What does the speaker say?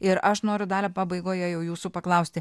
ir aš noriu dalia pabaigoje jau jūsų paklausti